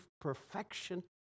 perfection